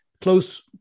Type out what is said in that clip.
close